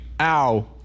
Ow